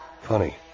Funny